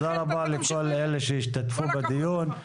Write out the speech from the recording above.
תודה רבה לכל אלה שהשתתפו בדיון.